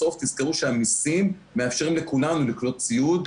בסוף תזכרו שהמיסים מאפשרים לכולנו לקנות ציוד,